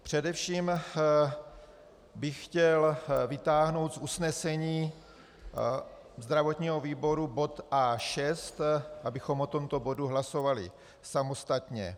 Především bych chtěl vytáhnout z usnesení zdravotního výboru bod A6, abychom o tomto bodu hlasovali samostatně.